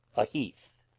a heath.